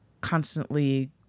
constantly